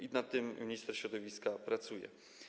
I nad tym minister środowiska pracuje.